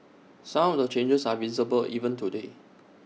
some of the changes are visible even today